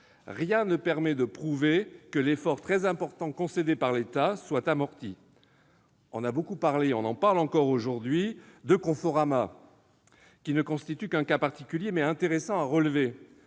Rien ne permet de prouver que l'effort très important concédé par l'État soit amorti. On a beaucoup parlé- et on en parle encore aujourd'hui -de Conforama, qui ne constitue qu'un cas particulier, mais intéressant, à relever.